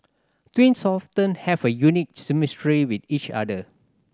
twins often have a unique chemistry with each other